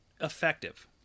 effective